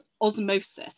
osmosis